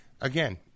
again